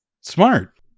Smart